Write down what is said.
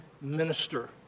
minister